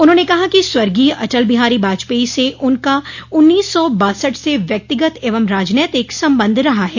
उन्होंने कहा कि स्वर्गीय अटल बिहारी वाजपेई से उनका उन्नीस सौ बासठ से व्यक्तिगत एवं राजनैतिक संबंध रहा है